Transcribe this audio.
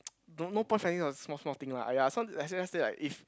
don't no point fighting over this kind of small small thing lah !aiya! some say like if